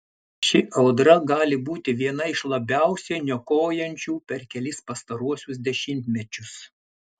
ši audra gali būti viena iš labiausiai niokojančių per kelis pastaruosius dešimtmečius